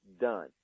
done